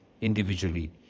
individually